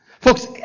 Folks